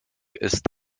ist